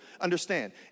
understand